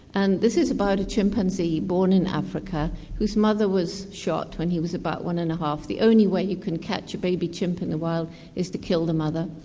and this is about a chimpanzee born in africa whose mother was shot when he was about one and half. the only way you can catch a baby chimp in the wild is to kill the mother.